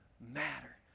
matter